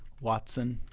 watson